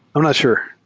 i'm not sure.